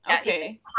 Okay